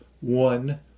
one